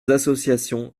associations